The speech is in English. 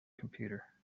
computer